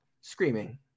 screaming